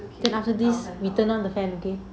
then after this we turned on the fan okay